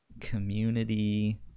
Community